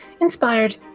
inspired